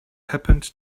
happened